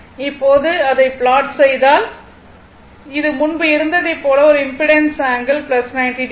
இப்போது இதை ப்லாட் செய்தால் இது முன்பு இருந்ததை போல ஒரு இம்பிடன்ஸ் ஆங்கிள் 90o